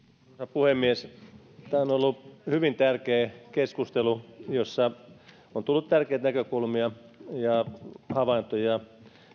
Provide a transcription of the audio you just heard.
puhemies tämä on ollut hyvin tärkeä keskustelu jossa on tullut tärkeitä näkökulmia ja havaintoja